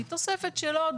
תוספת של עוד